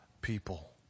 people